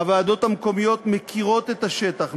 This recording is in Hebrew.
הוועדות המקומיות מכירות את השטח,